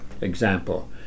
example